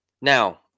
Now